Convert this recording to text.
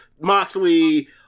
Moxley